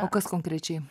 o kas konkrečiai